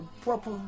proper